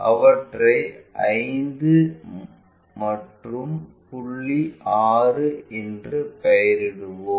அவற்றை 5 மற்றும் புள்ளி 6 என்று பெயரிடுவோம்